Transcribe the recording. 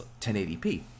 1080p